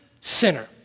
sinner